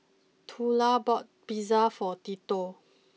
Twyla bought Pizza for